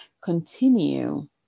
Continue